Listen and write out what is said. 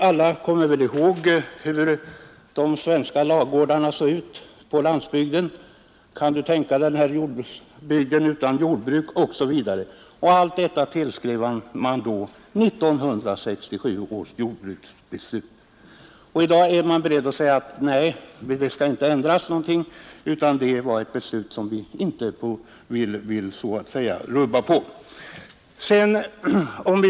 Vi kommer väl alla ihåg hur våra ladugårdar då såg ut och hur det frågades: ”Kan du tänka dig denna bygd utan jordbruk?” osv. Och att det då såg ut som det gjorde tillskrev man 1967 års jordbruksbeslut. I dag är man beredd att säga: Nej, det skall inte ändras någonting. Det beslutet vill vi inte rubba på.